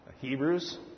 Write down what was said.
Hebrews